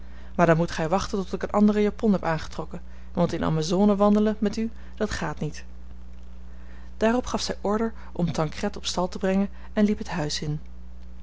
maar dan moet gij wachten tot ik eene andere japon heb aangetrokken want in amazone wandelen met u dat gaat niet daarop gaf zij order om tancred op stal te brengen en liep het huis in